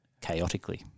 chaotically